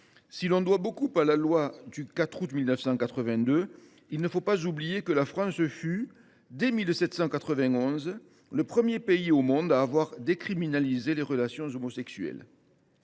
Si l’on doit beaucoup à la loi du 4 août 1982, il ne faut pas oublier que la France fut, dès 1791, le premier pays au monde à décriminaliser les relations homosexuelles.